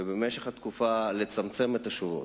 ובמשך התקופה לצמצם את השורות,